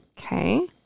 Okay